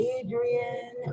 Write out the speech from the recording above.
Adrian